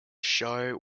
show